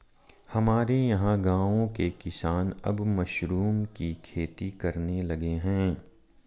हमारे यहां गांवों के किसान अब मशरूम की खेती करने लगे हैं